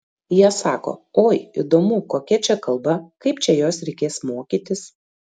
jie sako oi įdomu kokia čia kalba kaip čia jos reikės mokytis